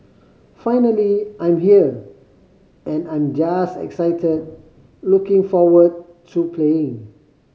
finally I'm here and I'm just excited looking forward to playing